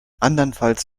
andernfalls